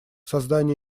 создании